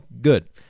good